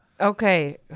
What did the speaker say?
Okay